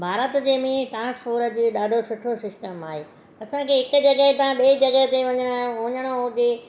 भारत जे में ट्रांसपोरट जो ॾाढो सुठो सिस्टम आहे असांखे हिकु जॻह खां ॿिए जॻह ते वञिणो हुजे